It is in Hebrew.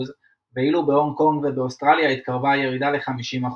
ואילו בהונג קונג ובאוסטרליה התקרבה הירידה ל-50%.